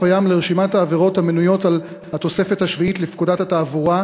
הים לרשימת העבירות המנויות בתוספת השביעית לפקודת התעבורה,